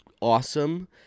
awesome